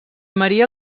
maria